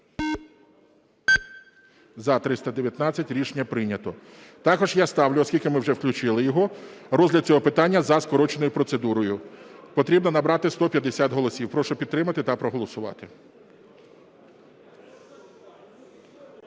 За-319 Рішення прийнято. Також я ставлю, оскільки ми вже включили його, розгляд цього питання за скороченою процедурою. Потрібно набрати 150 голосів. Прошу підтримати та проголосувати.